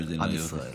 עם ישראל.